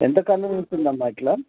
ఎంత కాలం నుంచి ఉందమ్మ ఇట్ల